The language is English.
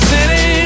City